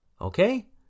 Okay